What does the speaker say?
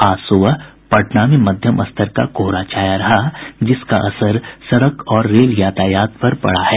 आज सुबह पटना में मध्यम स्तर का कोहरा छाया रहा जिसका असर सड़क और रेल यातायात पर पड़ा है